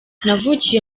navukiye